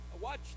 watch